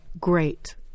great